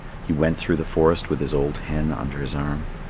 he went through the forest with his old hen under his arm.